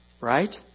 Right